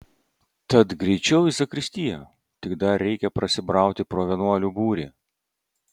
tad greičiau į zakristiją tik dar reikia prasibrauti pro vienuolių būrį